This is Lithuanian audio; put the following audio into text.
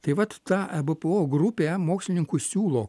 tai vat ta ebpo grupė mokslininkų siūlo